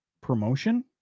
promotion